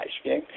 okay